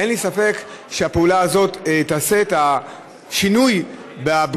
אין לי ספק שהפעולה הזאת תעשה את השינוי בנוגע